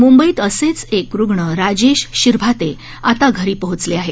मुंबईत असेच एक रुग्ण राजेश शिरभाते आता घरी पोहोचले आहेत